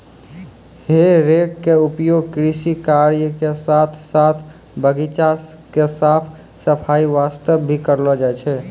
हे रेक के उपयोग कृषि कार्य के साथॅ साथॅ बगीचा के साफ सफाई वास्तॅ भी करलो जाय छै